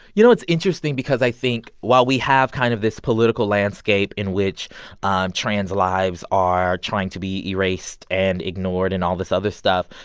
you know, it's interesting because i think while we have kind of this political landscape in which um trans lives are trying to be erased and ignored and all this other stuff,